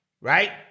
Right